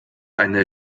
eine